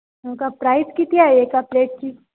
हो का प्राईज किती आहे एका प्लेटची